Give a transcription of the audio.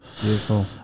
Beautiful